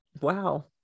Wow